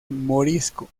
morisco